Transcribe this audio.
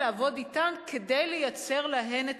וצריך להטמיע אותם,